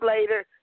later